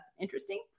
interesting